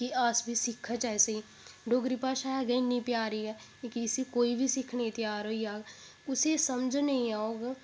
अस बी सिक्खचै इसी डोगरी भाशा है गै इन्नी प्यारी ऐ कि इस्सी कोई बी सिक्खने गी त्यार होई जाह्ग उसी समझ निं औग